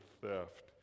Theft